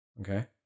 Okay